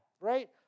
right